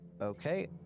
okay